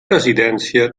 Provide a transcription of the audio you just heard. residència